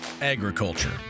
Agriculture